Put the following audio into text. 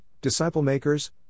disciple-makers